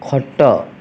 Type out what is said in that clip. ଖଟ